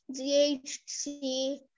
ZHC